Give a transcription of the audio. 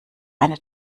eine